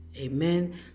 amen